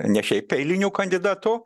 ne šiaip eiliniu kandidatu